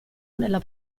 nella